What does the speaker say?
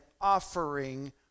offering